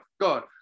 God